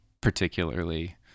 particularly